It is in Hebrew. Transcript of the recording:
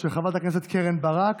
של חברת הכנסת קרן ברק,